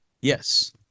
yes